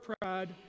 pride